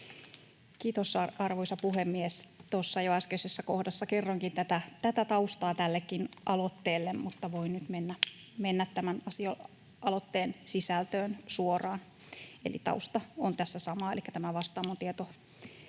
Kiitos, arvoisa puhemies! Tuossa äskeisessä kohdassa jo kerroinkin taustaa tällekin aloitteelle, mutta voin nyt mennä tämän aloitteen sisältöön suoraan. Eli tausta on tässä sama elikkä tämä Vastaamon